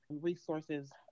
resources